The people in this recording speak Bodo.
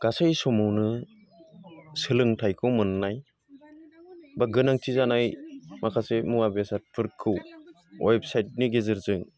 गासै समावनो सोलोंथाइखौ मोननाय बा गोनांथि जानाय माखासे मुवा बेसादफोरखौ वेबसाइटनि गेजेरजों